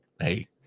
hey